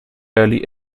early